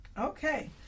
okay